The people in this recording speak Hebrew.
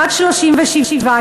רק 37,